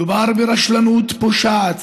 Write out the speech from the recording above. מדובר ברשלנות פושעת.